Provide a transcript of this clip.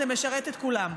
זה משרת את כולם.